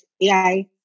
AI